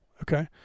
Okay